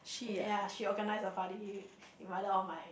ya she organized a party invited all my